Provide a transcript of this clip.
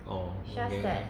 orh okay